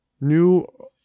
New